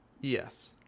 yes